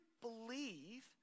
believe